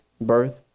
birth